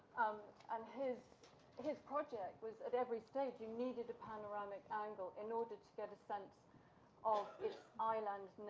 um his his project was at every stage, you needed a panoramic angle in order to get a sense of its islandness.